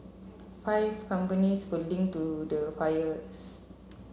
five companies were linked to the fires